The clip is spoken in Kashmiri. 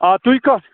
آ تُہۍ کَتھ